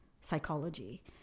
psychology